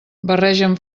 barregen